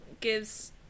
gives